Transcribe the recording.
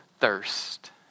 thirst